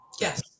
yes